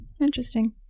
Interesting